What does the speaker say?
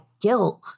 guilt